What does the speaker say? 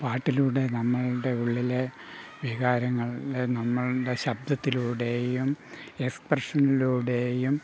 പാട്ടിലൂടെ നമ്മളുടെ ഉള്ളിലെ വികാരങ്ങൾ നമ്മളുടെ ശബ്ദത്തിലൂടെയും എക്സ്പ്രഷനിലൂടെയും